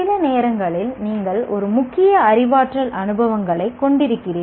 சில நேரங்களில் நீங்கள் ஒரு முக்கிய அறிவாற்றல் அனுபவங்களைக் கொண்டிருக்கிறீர்கள்